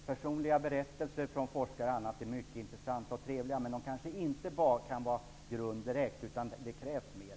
Personliga berättelser från forskare och andra är intressanta och trevliga, men kan inte tjäna som en sådan grund, utan det krävs mer.